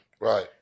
Right